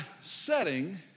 setting